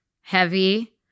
heavy